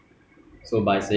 illegal online website